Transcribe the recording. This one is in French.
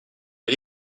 est